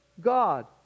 God